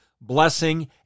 blessing